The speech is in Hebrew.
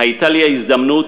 הייתה לי ההזדמנות,